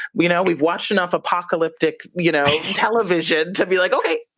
you know we've watched enough apocalyptic you know television to be like, okay,